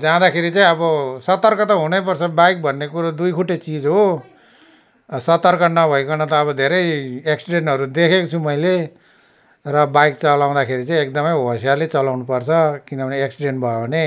जाँदाखेरि चाहिँ अब सतर्क त हुनै पर्छ बाइक भन्ने कुरो दुईखुट्टे चिज हो सतर्क नभइकन त अब धेरै एक्सिडेन्टहरू देखेको छु मैले र बाइक चालाउँदाखेरि चाहिँ एकदमै होसियारले चलाउँनु पर्छ किनभने एक्सिडेन्ट भयो भने